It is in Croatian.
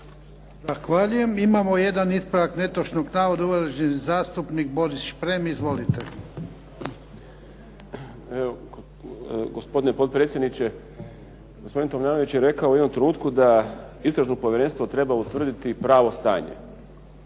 Zahvaljujem. Imamo jedan ispravak netočnog navoda. Uvaženi zastupnik Boris Šprem. Izvolite. **Šprem, Boris (SDP)** Gospodine potpredsjedniče. Gospodin Tomljanović je rekao u jednom trenutku da istražno povjerenstvo treba utvrditi pravo stanje.